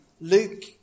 Luke